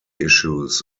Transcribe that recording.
issues